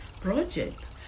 project